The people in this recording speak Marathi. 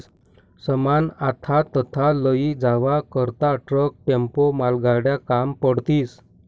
सामान आथा तथा लयी जावा करता ट्रक, टेम्पो, मालगाड्या काम पडतीस